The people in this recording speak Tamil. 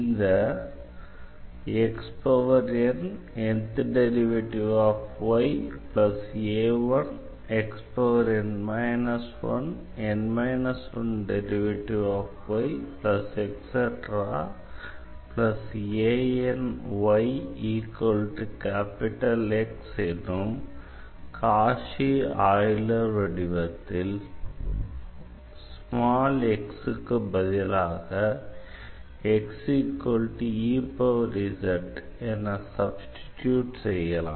இந்த எனும் காஷி ஆய்லர் வடிவத்தில் x க்கு பதிலாக என சப்ஸ்டிடியூட் செய்யலாம்